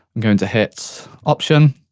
i'm going to hit option